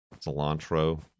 Cilantro